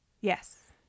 Yes